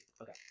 Okay